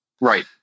Right